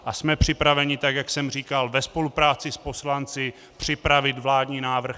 A jsme připraveni, jak jsem říkal, ve spolupráci s poslanci připravit vládní návrh.